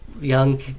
young